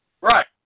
Right